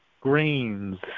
grains